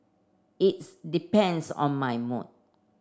its depends on my mood